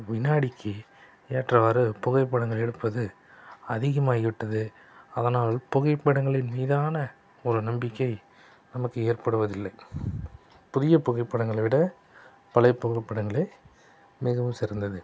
விநாடிக்கு ஏற்றவாறு புகைப்படங்கள் எடுப்பது அதிகமாகி விட்டது அதனால் புகைப்படங்களின் மீதான ஒரு நம்பிக்கை நமக்கு ஏற்படுவதில்லை புதியப் புகைப்படங்களை விட பழையப் புகைப்படங்கள் மிகவும் சிறந்தது